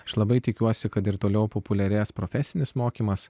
aš labai tikiuosi kad ir toliau populiarės profesinis mokymas